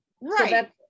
Right